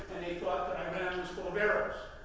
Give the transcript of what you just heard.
and they thought that iran was full of arabs.